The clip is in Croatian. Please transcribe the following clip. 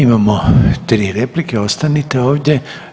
Imamo 3 replike, ostanite ovdje.